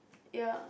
ya